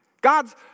God's